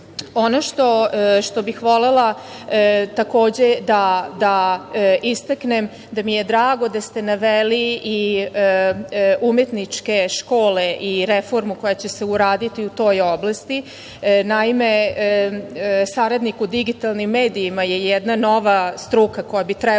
što bih volela takođe da istaknem, jeste da mi je drago da ste naveli i umetničke škole i reformu koja će se uraditi u toj oblasti. Naime, saradnik u digitalnim medijima je jedna nova struka koja bi trebala